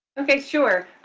okay, sure.